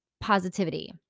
positivity